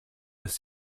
ist